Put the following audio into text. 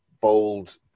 bold